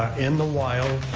ah in the wild,